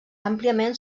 àmpliament